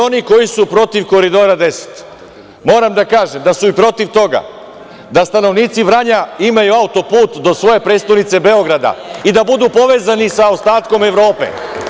Oni koji su protiv Koridora 10, moram da kažem su protiv toga da stanovnici Vranja imaju auto-put do svoje prestonice Beograda i da budu povezani sa ostatkom Evrope.